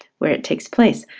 where it takes place.